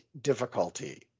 difficulty